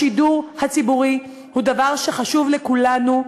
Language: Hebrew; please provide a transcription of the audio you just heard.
השידור הציבורי הוא דבר שחשוב לכולנו,